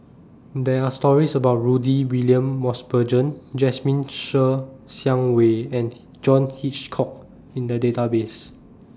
There Are stories about Rudy William Mosbergen Jasmine Ser Xiang Wei and John Hitchcock in The Database